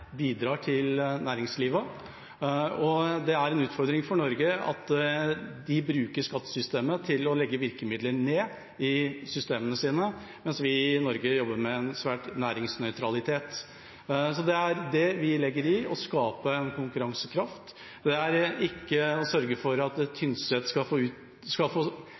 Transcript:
bidrar med til næringslivet. Det er en utfordring for Norge at de bruker skattesystemet til å legge virkemidler inn i systemene sine, mens vi i Norge jobber med en sterk næringsnøytralitet. Det er det vi legger i å skape konkurransekraft. Det betyr ikke at vi skal øke konkurransekraften til Tynset. Dette skal vi fordele ut fra det som er